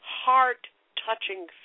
heart-touching